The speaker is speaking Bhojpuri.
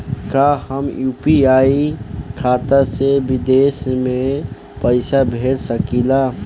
का हम यू.पी.आई खाता से विदेश म पईसा भेज सकिला?